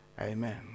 Amen